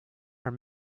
are